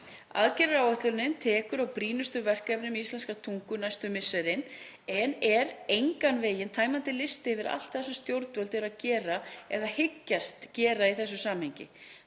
Aðgerðaáætlunin tekur á brýnustu verkefnum íslenskrar tungu næstu misserin en er engan veginn tæmandi listi yfir allt það sem stjórnvöld eru að gera eða hyggjast gera í þessu samhengi.